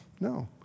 no